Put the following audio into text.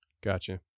Gotcha